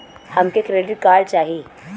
हमके credit card चाही